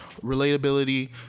Relatability